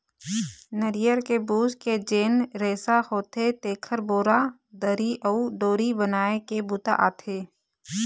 नरियर के बूच के जेन रेसा होथे तेखर बोरा, दरी अउ डोरी बनाए के बूता आथे